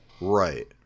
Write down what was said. right